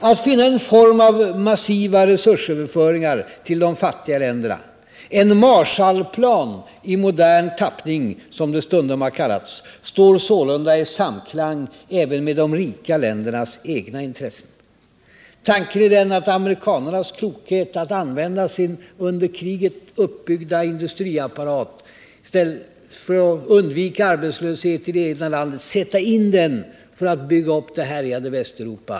Att finna en form av massiva resursöverföringar till de fattiga länderna —-en Marshallplan i modern tappning, som det stundom kallats — står sålunda i samklang även med de rika ländernas egenintressen. För att undvika arbetslöshet i det egna landet använde amerikanarna sin under kriget uppbyggda industriapparat till att bygga upp det härjade Västeuropa.